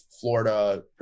Florida